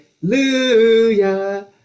Hallelujah